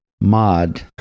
mod